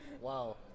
Wow